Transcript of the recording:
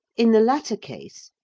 in the latter case,